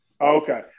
Okay